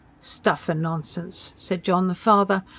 stuff and nonsense! said john the father,